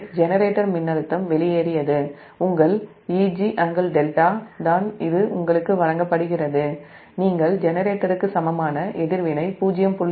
எனவே ஜெனரேட்டர் மின்னழுத்தம் வெளியேறியது உங்கள் Eg∟δ தான் இது உங்களுக்கு வழங்கப்படுகிறது நீங்கள் ஜெனரேட்டருக்கு சமமான எதிர்வினை 0